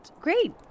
Great